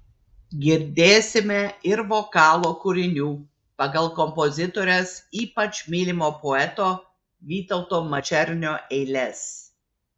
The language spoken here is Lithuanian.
girdėsime ir vokalo kūrinių pagal kompozitorės ypač mylimo poeto vytauto mačernio eiles